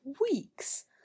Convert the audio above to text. weeks